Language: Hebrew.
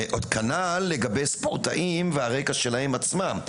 כנ"ל לגבי ספורטאים והרקע שלהם עצמם.